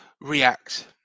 react